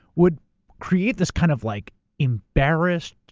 would create this kind of like embarrassed,